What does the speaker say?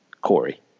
Corey